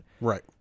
Right